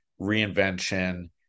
reinvention